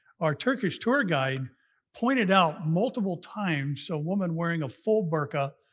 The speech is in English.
our turkish tour guide pointed out multiple times a woman wearing a full burqa,